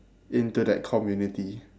into that community